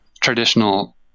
traditional